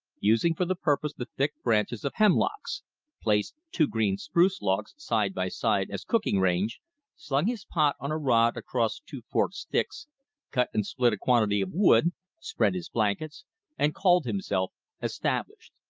using for the purpose the thick branches of hemlocks placed two green spruce logs side by side as cooking range slung his pot on a rod across two forked sticks cut and split a quantity of wood spread his blankets and called himself established.